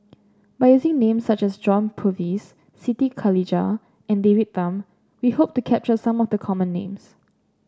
by using names such as John Purvis Siti Khalijah and David Tham we hope to capture some of the common names